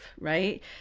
right